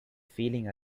feeling